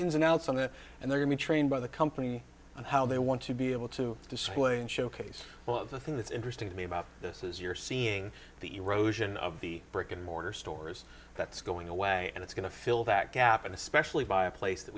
ins and outs of the and they will be trained by the company and how they want to be able to display and showcase well the thing that's interesting to me about this is you're seeing the erosion of the brick and mortar stores that's going away and it's going to fill that gap and especially by a place that